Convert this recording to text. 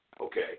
Okay